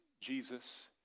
Jesus